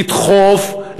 לדחוף,